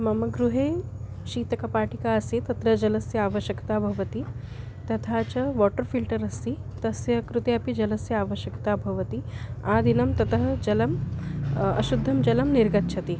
मम गृहे शीतकपाटिका अस्ति तत्र जलस्य आवश्यक्ता भवति तथा च वाटर् फ़िल्टर् अस्ति तस्य कृते अपि जलस्य आवश्यक्ता भवति आदिनं ततः जलम् अशुद्धं जलं निर्गच्छति